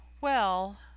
Well